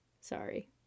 Sorry